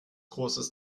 großes